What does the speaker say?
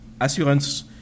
assurance